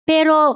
Pero